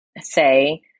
say